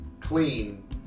clean